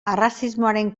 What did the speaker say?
arrazismoaren